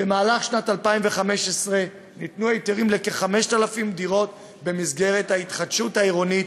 במהלך שנת 2015 ניתנו היתרים לכ-5,000 דירות במסגרת ההתחדשות העירונית.